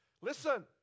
Listen